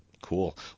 Cool